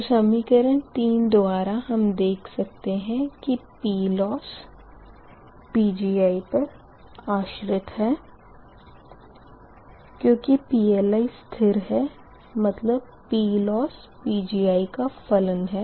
तो समीकरण 3 द्वारा हम देख सकते है कि PLoss Pgi पर आश्रित है क्यूँकि PLi स्थिर है मतलब PLoss Pgi का फलन है